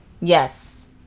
Yes